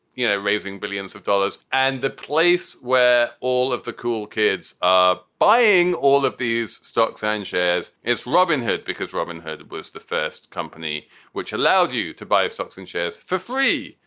you know, raising billions of dollars. and the place where all of the cool kids ah buying all of these stocks and shares is robinhood, because robinhood was the first company which allowed you to buy stocks and shares for free.